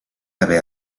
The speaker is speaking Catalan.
haver